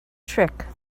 trick